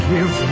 Give